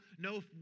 No